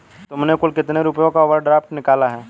तुमने कुल कितने रुपयों का ओवर ड्राफ्ट निकाला है?